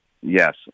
Yes